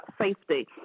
safety